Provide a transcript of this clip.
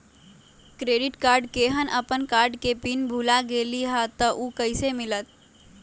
Credit card केहन अपन card के पिन भुला गेलि ह त उ कईसे मिलत?